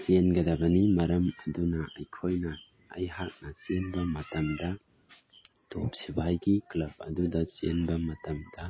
ꯆꯦꯡꯒꯗꯕꯅꯤ ꯃꯔꯝ ꯑꯗꯨꯅ ꯑꯩꯈꯣꯏꯅ ꯑꯩꯍꯥꯛꯅ ꯆꯦꯟꯕ ꯃꯇꯝꯗ ꯇꯣꯞ ꯁꯤꯐꯥꯏꯒꯤ ꯀ꯭ꯂꯕ ꯑꯗꯨꯗ ꯆꯦꯟꯕ ꯃꯇꯝꯗ